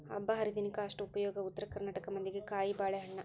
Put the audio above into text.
ಹಬ್ಬಾಹರಿದಿನಕ್ಕ ಅಷ್ಟ ಉಪಯೋಗ ಉತ್ತರ ಕರ್ನಾಟಕ ಮಂದಿಗೆ ಕಾಯಿಬಾಳೇಹಣ್ಣ